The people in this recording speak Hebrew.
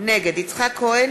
נגד אורלי לוי